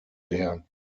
der